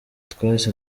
twahise